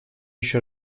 еще